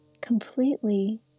completely